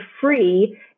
free